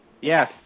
Yes